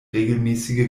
regelmäßige